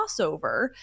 crossover